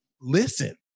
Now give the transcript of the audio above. listen